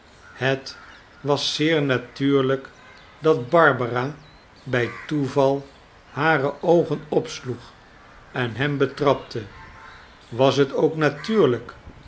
het was zeer natuurlijk dat barbara bij toeval hare oogen opsloeg en hem betrapte was het ook natuurlijk